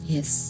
Yes